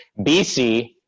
BC